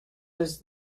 was